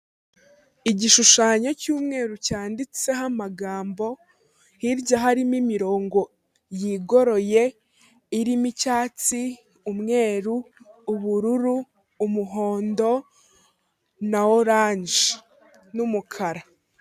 Igishushanyo cy'umweru cyanditseho amagambo, hirya harimo imirongo yigoroye, irimo icyatsi, umweru, ubururu, umuhondo na oranje n'umukara.